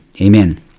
Amen